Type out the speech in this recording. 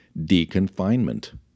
deconfinement